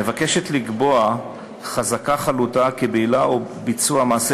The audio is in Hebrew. מבקשת לקבוע חזקה חלוטה כי בעילה או ביצוע מעשה